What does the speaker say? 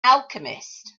alchemist